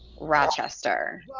Rochester